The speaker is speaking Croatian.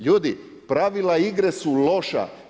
Ljudi, pravila igre su loša.